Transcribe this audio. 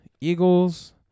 Eagles